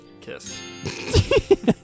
Kiss